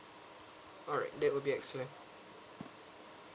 alright that would be excellent